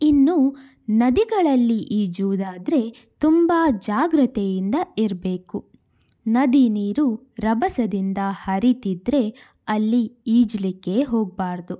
ಇನ್ನು ನದಿಗಳಲ್ಲಿ ಈಜುವುದಾದರೆ ತುಂಬ ಜಾಗ್ರತೆಯಿಂದ ಇರಬೇಕು ನದಿ ನೀರು ರಭಸದಿಂದ ಹರೀತಿದ್ರೆ ಅಲ್ಲಿ ಈಜಲಿಕ್ಕೇ ಹೋಗಬಾರದು